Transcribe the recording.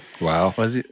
Wow